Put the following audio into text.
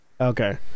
okay